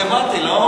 פרובלמטי, לא?